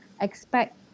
expect